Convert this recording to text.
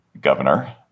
governor